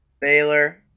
Baylor